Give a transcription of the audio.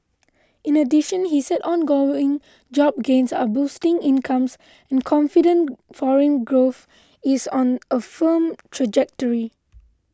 in addition he said ongoing job gains are boosting incomes and confidence foreign growth is on a firm trajectory